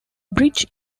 bridge